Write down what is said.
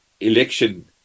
Election